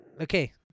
okay